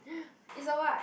is a what